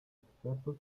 expertos